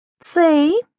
See